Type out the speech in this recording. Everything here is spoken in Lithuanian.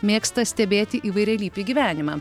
mėgsta stebėti įvairialypį gyvenimą